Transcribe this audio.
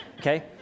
Okay